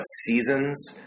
seasons